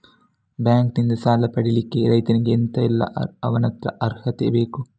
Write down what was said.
Bank ನಿಂದ ಸಾಲ ಪಡಿಲಿಕ್ಕೆ ರೈತನಿಗೆ ಎಂತ ಎಲ್ಲಾ ಅವನತ್ರ ಅರ್ಹತೆ ಬೇಕು?